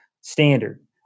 standard